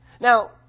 Now